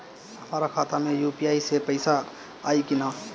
हमारा खाता मे यू.पी.आई से पईसा आई कि ना?